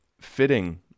fitting